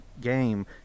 game